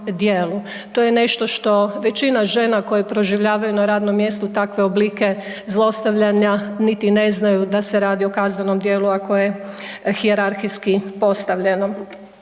To je nešto što većina žena koje proživljavaju na radnom mjestu takve oblike zlostavljanja niti ne znaju da se radi o kaznenom djelu, a koje hijerarhijski postavljeno.